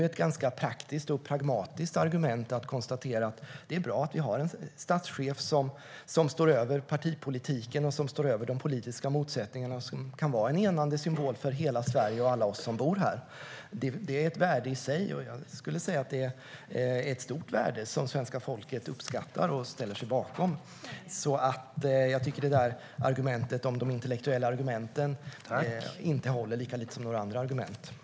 Ett ganska praktiskt och pragmatiskt argument är att konstatera att det är bra att vi har en statschef som står över partipolitiken och de politiska motsättningarna och som kan vara en enande symbol för hela Sverige och alla oss som bor här. Det är ett värde i sig, och jag skulle säga att det är ett stort värde som svenska folket uppskattar och ställer sig bakom. Jag tycker att argumentet om de intellektuella argumenten inte håller, lika lite som jag tycker att några andra argument håller.